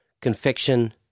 Confection